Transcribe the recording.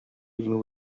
even